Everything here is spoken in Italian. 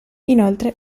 inoltre